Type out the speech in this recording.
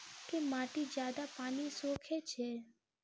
केँ माटि जियादा पानि सोखय छै?